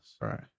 Right